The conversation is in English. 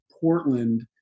Portland